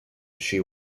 she